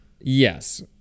yes